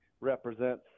represents